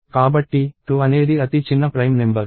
కాబట్టి 2 అనేది అతి చిన్న ప్రైమ్ నెంబర్